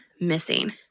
missing